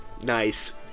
Nice